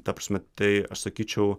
ta prasme tai aš sakyčiau